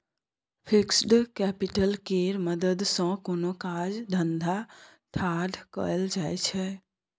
fixed capital केर मदद सँ कोनो काज धंधा ठाढ़ कएल जाइ छै